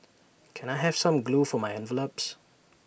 can I have some glue for my envelopes